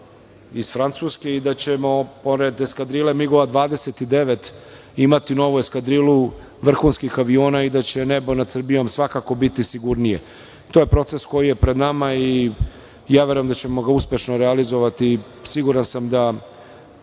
iz Francuske i da ćemo, pored eskadrile MIG-ova 29 imati novu eskadrilu vrhunskih aviona i da će nebo nad Srbijom svakako biti sigurnije. To je proces koji je pred nama i ja verujem da ćemo ga uspešno realizovati. Siguran sam da